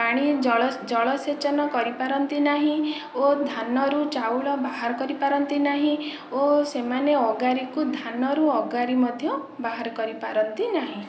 ପାଣି ଜଳସେଚନ କରିପାରନ୍ତି ନାହିଁ ଓ ଧାନରୁ ଚାଉଳ ବାହାର କରିପାରନ୍ତି ନାହିଁ ଓ ସେମାନେ ଅଗାଡ଼ିକୁ ଧାନରୁ ଅଗାଡ଼ି ମଧ୍ୟ ବାହାର କରିପାରନ୍ତି ନାହିଁ